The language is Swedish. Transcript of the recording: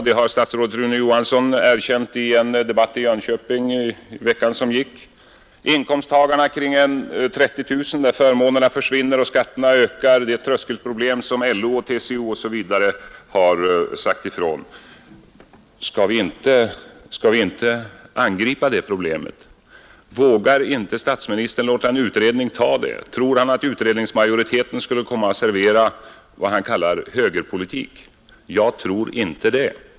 Det har statsrådet Rune Johansson erkänt i debatt i Jönköping under den gångna veckan, Vidare är situationen inte heller bra för inkomsttagare omkring 30 000 kronor, ty där försvinner förmånerna och skatterna ökar. Där finns det ett tröskelproblem. Det har LO och TCO m.fl. också sagt ifrån. Skall vi då inte angripa problemen där? Vågar statsministern inte låta en utredning ta upp de frågorna? Tror statsministern att uredningens majoritet skulle komma att servera vad han kallar högerpolitik?